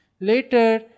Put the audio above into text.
Later